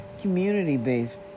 community-based